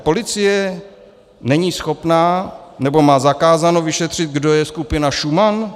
Policie není schopná, nebo má zakázáno vyšetřit, kdo je skupina Šuman?